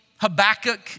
Habakkuk